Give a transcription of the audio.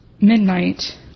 midnight